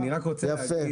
מצוין.